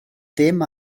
ddim